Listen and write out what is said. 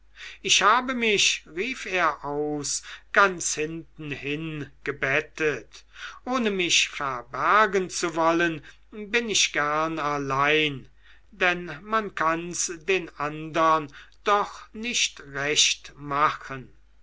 ich habe mich rief er aus ganz hinten hingebettet ohne mich verbergen zu wollen bin ich gern allein denn man kann's den andern doch nicht recht machen